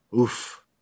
Oof